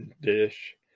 dish